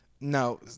No